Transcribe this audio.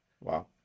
Wow